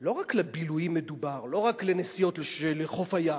לא רק לבילויים, מדובר, לא רק לנסיעות לחוף הים.